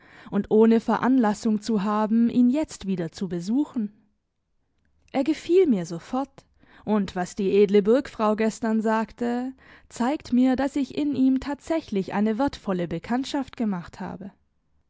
und ohne veranlassung zu haben ihn jetzt wieder zu besuchen er gefiel mir sofort und was die edle burgfrau gestern sagte zeigt mir daß ich in ihm tatsächlich eine wertvolle bekanntschaft gemacht habe